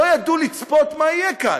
לא ידעו לצפות מה יהיה כאן,